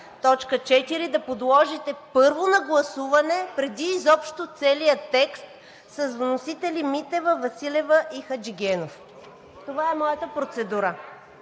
1, т. 4, да подложите първо на гласуване, преди изобщо целия текст, с вносители Митева, Василева и Хаджигенов. Това е моята процедура